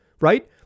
right